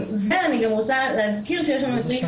ומי בדיוק בודק במרשם האוכלוסין שבאמת האזרח ביקש את זה מהרשות